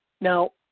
Now